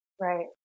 Right